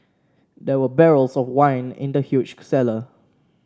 there were barrels of wine in the huge cellar